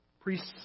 priests